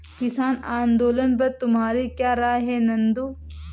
किसान आंदोलन पर तुम्हारी क्या राय है नंदू?